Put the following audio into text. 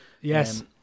Yes